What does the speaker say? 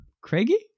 Craigie